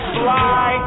fly